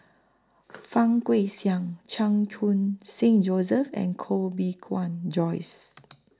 Fang Guixiang Chan Khun Sing Joseph and Koh Bee Tuan Joyce